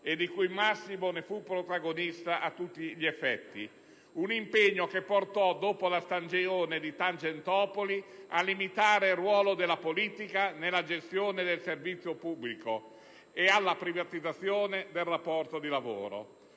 e di cui Massimo fu protagonista a tutti gli effetti. Un impegno che portò, dopo la stagione di Tangentopoli, a limitare il ruolo della politica nella gestione del servizio pubblico e alla privatizzazione del rapporto di lavoro.